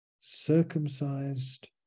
circumcised